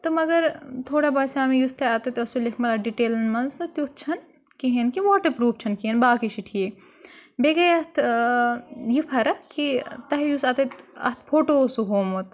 تہٕ مگر تھوڑا باسیٛو مےٚ یُس تۄہہِ اَتے اوس سُہ لیکھمُت اَتھ ڈِٹیلَن منٛز تہٕ تیُتھ چھَنہٕ کِہیٖنۍ کہِ واٹَر پرٛوٗپھ چھَنہٕ کِہیٖنۍ باقٕے چھِ ٹھیٖک بیٚیہِ گٔیے اَتھ یہِ فَرَکھ کہِ تۄہہِ یُس اَتہِ اَتھ فوٹو سُہ ہومُت